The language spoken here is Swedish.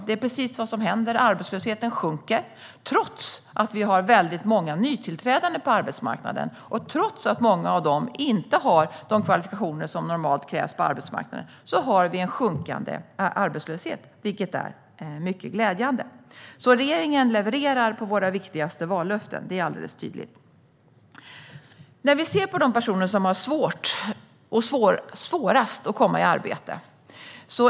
Det är precis vad som händer: Arbetslösheten sjunker trots att vi har väldigt många nytillträdande på arbetsmarknaden. Trots att många av dem inte har de kvalifikationer som normalt krävs på arbetsmarknaden har vi en sjunkande arbetslöshet, vilket är mycket glädjande. Vi i regeringen levererar alltså i fråga om våra viktigaste vallöften. Det är alldeles tydligt. Vi kan se på de personer som har svårast att komma i arbete.